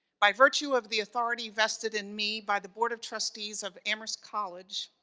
by virtue of the authority vested in me, by the board of trustees of amherst college,